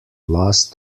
last